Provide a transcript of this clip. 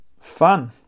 fun